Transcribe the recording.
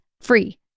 free